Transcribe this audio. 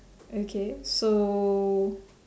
okay so